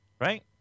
Right